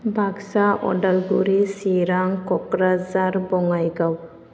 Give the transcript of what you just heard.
Baksa Udalguri Chirang Kokrajhar Bongaigaon